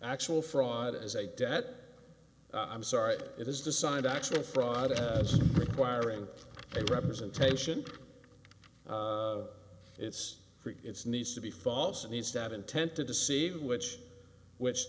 actual fraud as a debt i'm sorry it is designed actually fraud wiring a representation it's it's needs to be false it needs to have intent to deceive which which